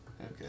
Okay